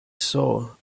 saw